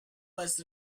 was